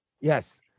yes